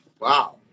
Wow